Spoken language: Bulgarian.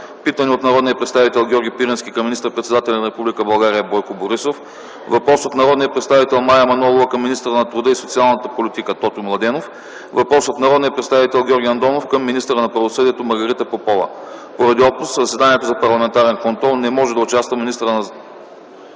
питане от народния представител Георги Пирински към министър-председателя на Република България Бойко Борисов; въпрос от народния представител Мая Манолова към министъра на труда и социалната политика Тотю Младенов; въпрос от народния представител Георги Андонов към министъра на правосъдието Маргарита Попова. Колеги, утре от 11,00 ч. - парламентарен контрол. Закривам заседанието.